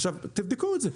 עכשיו, תבדקו את זה.